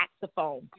saxophone